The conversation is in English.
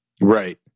right